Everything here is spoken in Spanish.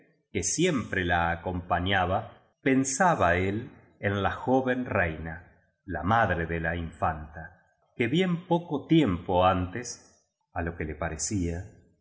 que siempre la acompañaba pensaba él en la joven r eina la madre de la infanta que bien poco tiempo antesá lo que le parecíallegaba